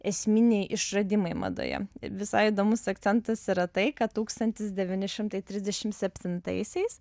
esminiai išradimai madoje visai įdomus akcentas yra tai kad tūkstantis devyni šimtai trisdešim septintaisiais